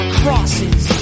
crosses